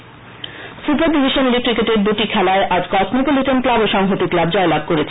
cricket super division league ক্রিকেটের দুটি খেলায় আজ কসমোপলিটান ক্লাব ও সংহতি ক্লাব জয়লাভ করেছে